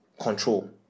control